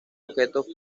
objetos